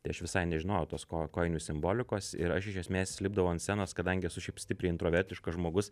tai aš visai nežinojau tos ko kojinių simbolikos ir aš iš esmės lipdavau ant scenos kadangi esu šiaip stipriai introvertiškas žmogus